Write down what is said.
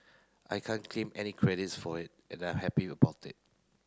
I can't claim any credits for it and I'm happy about that